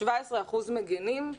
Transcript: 17 אחוזים מגנים,